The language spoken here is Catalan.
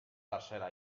tercera